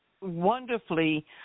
wonderfully